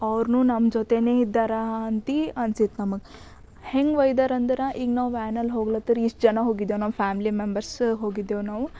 ಅವ್ರೂ ನಮ್ಮ ಜೊತೆಗೆ ಇದ್ದಾರೆ ಅಂತ ಅನ್ಸಿತ್ತು ನಮಗೆ ಹೆಂಗ ಒಯ್ದಾರಂದ್ರೆ ಈಗ ನಾವು ವ್ಯಾನಲ್ಲಿ ಹೋಗ್ಲತ್ತಿದ್ರ ಇಷ್ಟು ಜನ ಹೋಗಿದ್ದೇವು ನಮ್ಮ ಫ್ಯಾಮ್ಲಿ ಮೆಂಬರ್ಸ ಹೋಗಿದ್ದೇವು ನಾವು